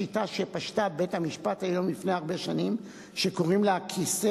השיטה הזו שפשטה בבית-המשפט העליון מלפני הרבה שנים שקוראים לה: הכיסא.